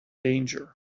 danger